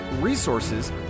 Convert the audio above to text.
resources